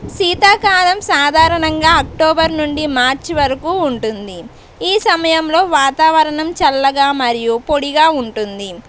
శీతాకాలం సాధారణంగా అక్టోబర్ నుండి మార్చ్ వరకు ఉంటుంది ఈ సమయంలో వాతావరణం చల్లగా మరియు పొడిగా ఉంటుంది